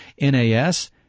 NAS